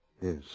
Yes